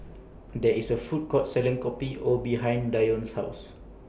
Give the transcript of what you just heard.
There IS A Food Court Selling Kopi O behind Dione's House